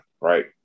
Right